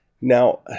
Now